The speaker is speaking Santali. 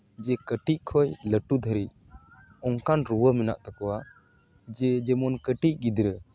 ᱡᱮ ᱠᱟᱹᱴᱤᱡ ᱠᱷᱚᱡ ᱞᱟᱹᱴᱩ ᱫᱷᱟᱹᱨᱤᱡ ᱚᱱᱠᱟᱱ ᱨᱩᱣᱟᱹ ᱢᱮᱱᱟᱜ ᱛᱟᱠᱚᱣᱟ ᱡᱮ ᱡᱮᱢᱚᱱ ᱠᱟᱹᱴᱤᱡ ᱜᱤᱫᱽᱨᱟᱹ